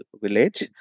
village